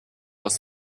aus